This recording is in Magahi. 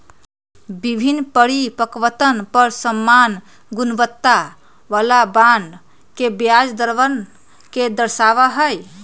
विभिन्न परिपक्वतवन पर समान गुणवत्ता वाला बॉन्ड के ब्याज दरवन के दर्शावा हई